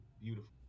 Beautiful